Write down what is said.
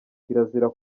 kirazira